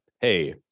Hey